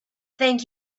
thank